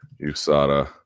USADA